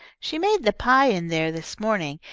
she made the pie in there this morning,